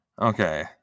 Okay